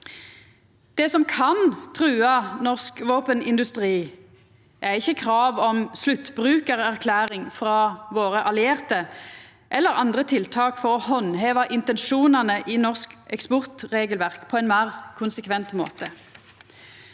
Det som kan trua norsk våpenindustri, er ikkje krav om sluttbrukarerklæring frå våre allierte eller andre tiltak for å handheva intensjonane i norsk eksportregelverk på ein meir konsekvent måte.